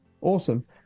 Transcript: Awesome